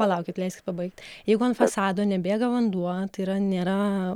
palaukit leiskit pabaigti jeigu ant fasado nebėga vanduo tai yra nėra